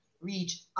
reach